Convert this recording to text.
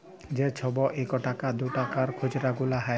যে ছব ইকটাকা দুটাকার খুচরা গুলা হ্যয়